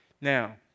Now